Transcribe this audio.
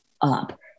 up